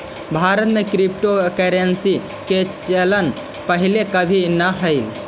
भारत में क्रिप्टोकरेंसी के चलन पहिले कभी न हलई